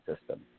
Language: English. system